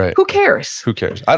who cares? who cares.